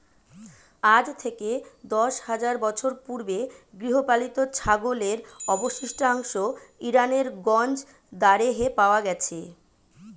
আজ থেকে দশ হাজার বছর পূর্বে গৃহপালিত ছাগলের অবশিষ্টাংশ ইরানের গঞ্জ দারেহে পাওয়া গেছে